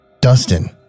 Dustin